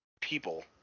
people